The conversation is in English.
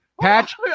Patch